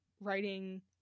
writing